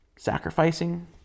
Sacrificing